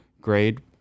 grade